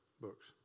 books